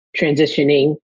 transitioning